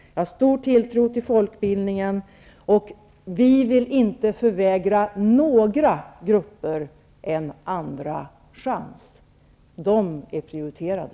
Jag har stor tilltro till folkbildningen, och vi vill inte förvägra några grupper en andra chans. De är prioriterade.